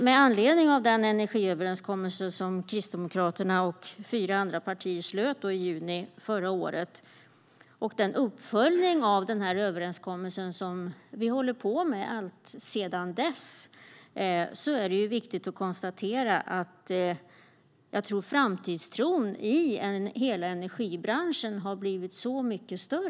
Med anledning av den energiöverenskommelse som Kristdemokraterna och fyra andra partier slöt i juni förra året, och den uppföljning av överenskommelsen som vi har arbetat med sedan dess, är det viktigt att konstatera att framtidstron i hela energibranschen har blivit så mycket större.